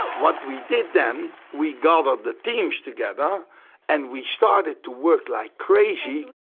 what we did then, we gathered the teams together and we started to work like crazy.